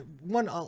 one